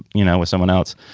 you know, with someone else.